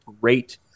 great